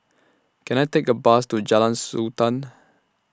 Can I Take A Bus to Jalan Sultan